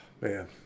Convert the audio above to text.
man